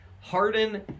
Harden